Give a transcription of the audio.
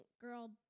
girl